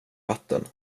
vatten